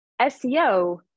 seo